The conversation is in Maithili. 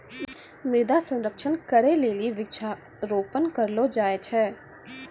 मृदा संरक्षण करै लेली वृक्षारोपण करलो जाय छै